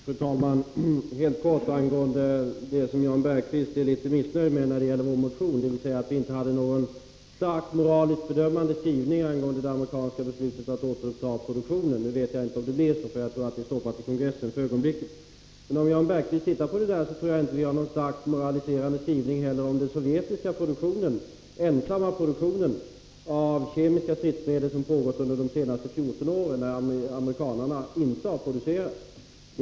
Fru talman! Helt kort angående det som Jan Bergqvist är litet missnöjd med när det gäller vår motion, dvs. att vi inte hade någon starkt moraliskt fördömande skrivning angående det amerikanska beslutet att återuppta produktionen. Nu vet jag inte om det blir så, för jag tror att det är stoppat i kongressen för ögonblicket. Men om Jan Bergqvist tittar i motionen, tror jag han skall finna att vi inte har någon starkt moraliserande skrivning heller om den sovjetiska produktionen av kemiska stridsmedel som pågått under de senaste 14 åren, medan amerikanarna inte har ägnat sig åt någon sådan produktion.